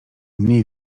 mniej